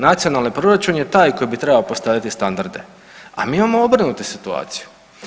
Nacionalni proračun je taj koji bi trebao postavljati standarde, a mi imamo obrnutu situaciju.